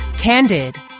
Candid